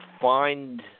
find